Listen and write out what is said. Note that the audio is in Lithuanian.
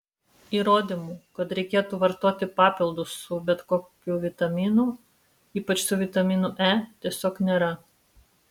įrodymų kad reikėtų vartoti papildus su bet kokiu vitaminu ypač su vitaminu e tiesiog nėra